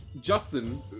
Justin